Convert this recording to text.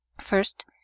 First